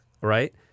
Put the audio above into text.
right